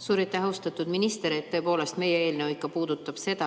Suur aitäh! Austatud minister! Tõepoolest, meie eelnõu puudutab seda,